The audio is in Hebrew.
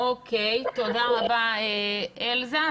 אוקיי, תודה רבה, אלזה.